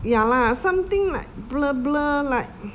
ya lah something like blur blur like